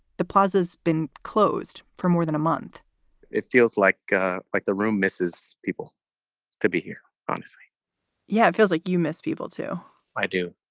the pauses been closed for more than a month it feels like ah like the room misses people to be here yeah, it feels like you miss people, too i do.